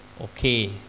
Okay